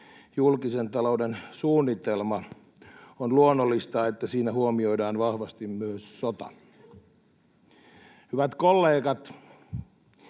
julkisen talouden suunnitelma, on luonnollista, että siinä huomioidaan vahvasti myös sota. Hyvät kollegat,